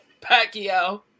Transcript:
Pacquiao